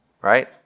Right